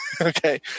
Okay